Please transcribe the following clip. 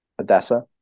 Odessa